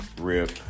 rip